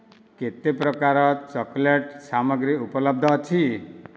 କେତେ ପ୍ରକାରର ଚକୋଲେଟ୍ସ୍ ସାମଗ୍ରୀ ଉପଲବ୍ଧ ଅଛି